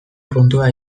puntua